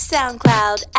SoundCloud